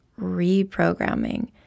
reprogramming